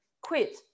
quit